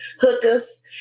hookers